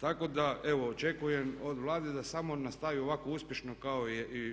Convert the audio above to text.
Tako da evo očekujem od Vlade da samo nastavi ovako uspješno kao